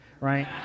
right